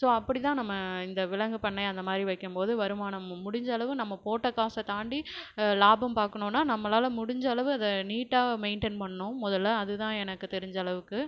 so அப்படி தான் நம்ம இந்த விலங்குப் பண்ணை அந்தமாதிரி வைக்கும் போது வருமானமும் முடிஞ்சளவு நம்ம போட்ட காசை தாண்டி லாபம் பாக்கணும்னா நம்மளால் முடிஞ்சளவு அதை நீட்டாக மெயின்டெய்ன் பண்ணனும் மொதலில் அதுதான் எனக்கு தெரிஞ்ச அளவுக்கு